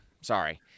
sorry